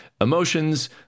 emotions